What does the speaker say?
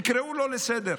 יקראו אותו לסדר.